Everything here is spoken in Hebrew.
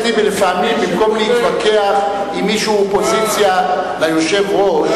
לפעמים במקום להתווכח עם מישהו שהוא אופוזיציה ליושב-ראש,